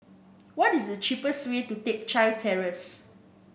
what is the cheapest way to Teck Chye Terrace